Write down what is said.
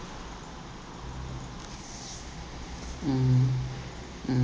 mm mm